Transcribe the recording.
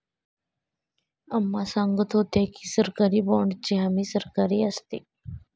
अम्मा सांगत होत्या की, सरकारी बाँडची हमी सरकारची असते